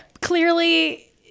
clearly